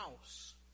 house